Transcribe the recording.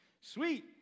Sweet